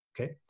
okay